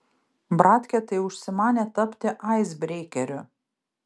bratkė tai užsimanė tapti aisbreikeriu